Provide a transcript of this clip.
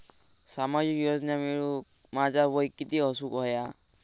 सामाजिक योजना मिळवूक माझा वय किती असूक व्हया?